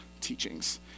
teachings